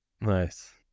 Nice